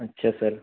اچھا سر